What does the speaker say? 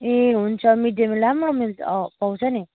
ए हुन्छ mid day meal राम्रो meal पाउँछ नि